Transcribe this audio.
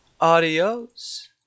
Adios